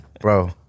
Bro